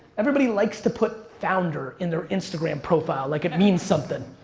everybody likes to put founder in their instagram profile like it means something.